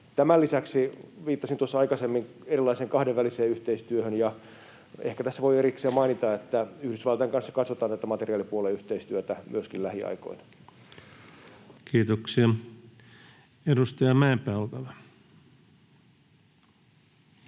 Tämän lisäksi: viittasin tuossa aikaisemmin erilaiseen kahdenväliseen yhteistyöhön, ja ehkä tässä voi erikseen mainita, että Yhdysvaltain kanssa katsotaan tätä materiaalipuolen yhteistyötä myöskin lähiaikoina. Kiitoksia. — Edustaja Mäenpää, olkaa hyvä.